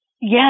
Yes